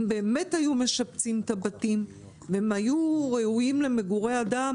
אם באמת היו משפצים את הבתים והם היו ראויים למגורי אדם